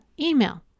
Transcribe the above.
email